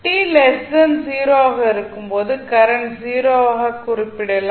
t0 ஆக இருக்கும் போது கரண்ட் 0 ஆக குறிப்பிடலாம்